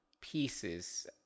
pieces